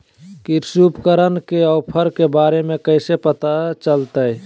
कृषि उपकरण के ऑफर के बारे में कैसे पता चलतय?